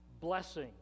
blessing